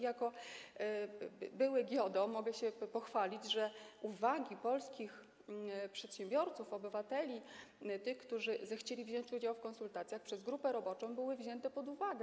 Jako były GIODO mogę się pochwalić, że uwagi polskich przedsiębiorców, obywateli, tych, którzy zechcieli wziąć udział w konsultacjach, przez grupę roboczą były wzięte pod uwagę.